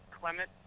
Clement